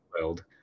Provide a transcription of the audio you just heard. world